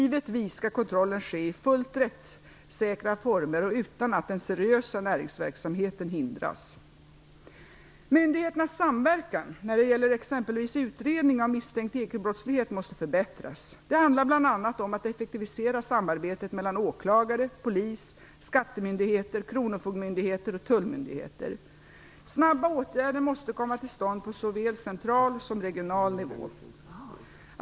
Givetvis skall kontrollen ske i fullt rättssäkra former och utan att den seriösa näringsverksamheten hindras. Myndigheternas samverkan när det gäller exempelvis utredning av misstänkt ekobrottslighet måste förbättras. Det handlar bl.a. om att effektivisera samarbetet mellan åklagare, polis, skattemyndigheter, kronofogdemyndigheter och tullmyndigheter. Snabba åtgärder måste komma till stånd på såväl central som regional nivå.